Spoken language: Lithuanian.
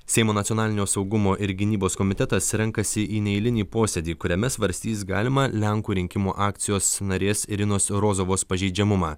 seimo nacionalinio saugumo ir gynybos komitetas renkasi į neeilinį posėdį kuriame svarstys galimą lenkų rinkimų akcijos narės irinos rozovos pažeidžiamumą